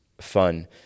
fun